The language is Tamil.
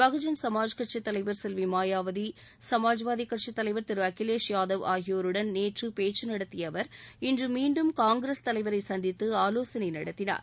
பகுஜன் சமாஜ் கட்சித் தலைவர் செல்வி மாயாவதி சமாஜ்வாதி கட்சித் தலைவர் திரு அகிலேஷ் யாதவ் ஆகியோருடன் நேற்று பேச்சு நடத்திய அவர் இன்று மீண்டும் காங்கிரஸ் தலைவரை சந்தித்து ஆலோசனை நடத்தினார்